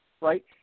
right